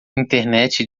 internet